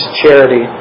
charity